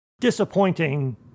disappointing